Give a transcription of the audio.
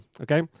Okay